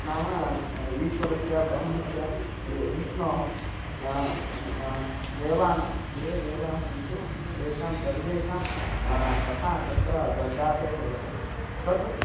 नाम ईश्वरस्य ब्रह्मणः वे विष्णोः देवानां ये ये देवाः सन्ति तेषां सर्वेषां कथा तत्र दोड्डाटे भवति तत्